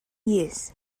years